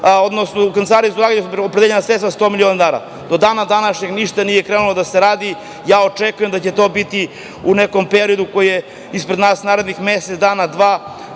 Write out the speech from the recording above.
odnosno u Kancelariji za ulaganje opredeljena sredstva od sto miliona dinara. Do dana današnjeg ništa nije krenulo da se radi. Očekujem da će to biti u nekom periodu koji je ispred nas, narednih mesec dana, dva,